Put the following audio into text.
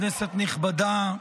כנסת נכבדה,